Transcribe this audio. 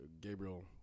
Gabriel